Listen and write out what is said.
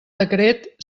decret